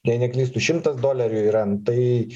jei neklystu šimtas dolerių yra tai